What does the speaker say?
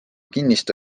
kinnistu